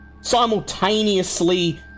simultaneously